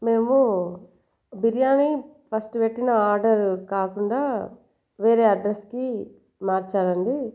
మేము బిర్యానీ ఫస్ట్ పెట్టిన ఆర్డర్ కాకుండా వేరే అడ్రస్కి మార్చాలి అండి